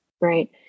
right